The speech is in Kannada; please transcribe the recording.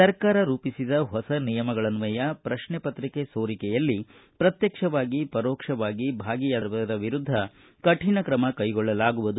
ಸರ್ಕಾರ ರೂಪಿಸಿದ ಹೊಸ ನಿಯಮಗಳನ್ನಯ ಪ್ರಶ್ನೆ ಪತ್ರಿಕೆ ಸೋರಿಕೆಯಲ್ಲಿ ಪ್ರತ್ವಕ್ಷವಾಗಿ ಪರೋಕ್ಷವಾಗಿ ಭಾಗಿಯಾದವರ ವಿರುದ್ದ ಕಠಿಣ ಕ್ರಮ ಕೈಗೊಳ್ಳಲಾಗುವುದು